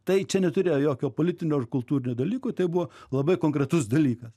tai čia neturėjo jokio politinio ar kultūrinio dalyko tai buvo labai konkretus dalykas